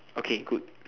okay good